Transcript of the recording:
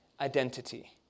identity